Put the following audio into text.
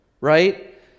right